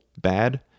bad